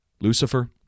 Lucifer